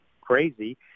crazy